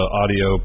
audio